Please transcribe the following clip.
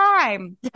time